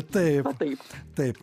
taip taip